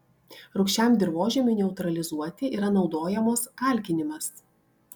rūgščiam dirvožemiui neutralizuoti yra naudojamos kalkinimas